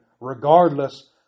Regardless